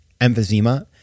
emphysema